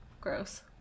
gross